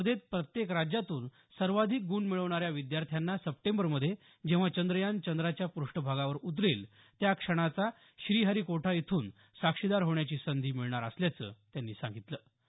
या स्पर्धेत प्रत्येक राज्यातून सर्वाधिक गुण मिळवणाऱ्या विद्यार्थ्यांना सप्टेंबरमध्ये जेव्हा चांद्रयान चंद्राच्या पृष्ठभागावर उतरेल त्या क्षणाचा श्रीहरिकोटा येथून साक्षीदार होण्याची संधी मिळणार असल्याचं त्यांनी सांगितलं